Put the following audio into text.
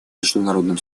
международным